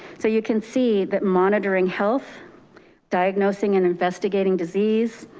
so you can see that monitoring health diagnosing and investigating disease,